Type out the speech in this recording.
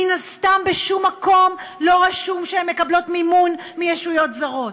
מן הסתם בשום מקום לא רשום שהן מקבלות מימון מישויות זרות,